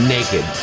Naked